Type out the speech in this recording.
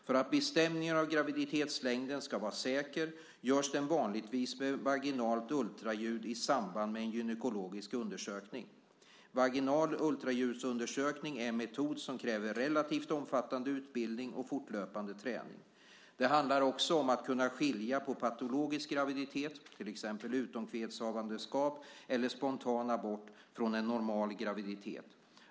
För att bestämningen av graviditetslängden ska vara säker görs den vanligtvis med vaginalt ultraljud i samband med en gynekologisk undersökning. Vaginal ultraljudsundersökning är en metod som kräver relativt omfattande utbildning och fortlöpande träning. Det handlar också om att kunna skilja en patologisk graviditet, till exempel utomkvedshavandeskap eller spontan abort, från en normal graviditet.